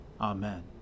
Amen